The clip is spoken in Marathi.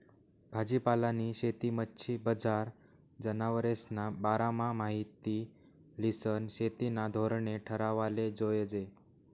भाजीपालानी शेती, मच्छी बजार, जनावरेस्ना बारामा माहिती ल्हिसन शेतीना धोरणे ठरावाले जोयजे